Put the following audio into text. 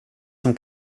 som